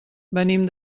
venim